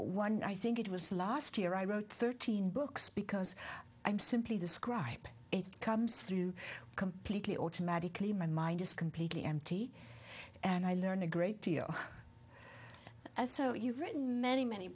one i think it was last year i wrote thirteen books because i'm simply the scribe comes through completely automatically my mind is completely empty and i learn a great deal as so you've written many many